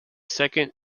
second